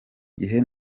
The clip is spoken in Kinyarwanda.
gihe